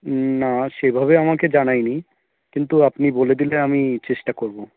না সেভাবে আমাকে জানায়নি কিন্তু আপনি বলে দিলে আমি চেষ্টা করব